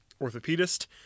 orthopedist